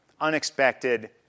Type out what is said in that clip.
Unexpected